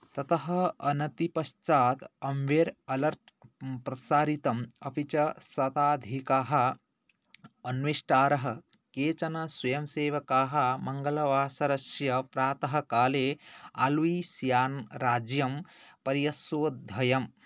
ततः अनतिपश्चात् amber alert प्रसारितम् अपि च सताधिकाः अन्वेष्टारः केचन स्वयंसेवकाः मङ्गलवासरस्य प्रातःकाले आल्वीसियान् राज्यं पर्यशोद्धयम्